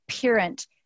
Parent